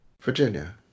virginia